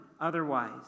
otherwise